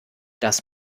das